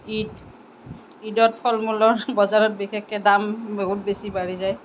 ঈদ ঈদত ফলমূলৰ বজাৰত বিশেষকৈ দাম বহুত বেছি বাঢ়ি যায়